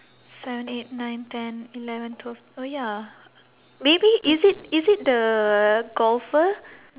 seven eight nine ten eleven twelve oh ya maybe is it is it the golfer